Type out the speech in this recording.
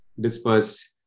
dispersed